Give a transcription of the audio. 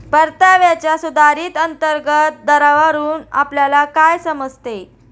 परताव्याच्या सुधारित अंतर्गत दरावरून आपल्याला काय समजते?